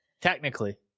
Technically